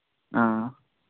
ಆಂ